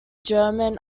german